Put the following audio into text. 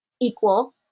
equal